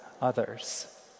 others